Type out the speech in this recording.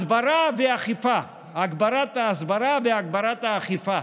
הסברה ואכיפה, הגברת ההסברה והגברת האכיפה.